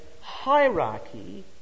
hierarchy